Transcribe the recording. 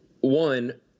one –